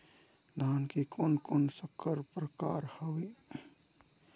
धान के कोन कोन संकर परकार हावे?